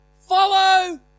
Follow